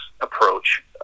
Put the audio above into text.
approach